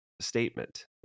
statement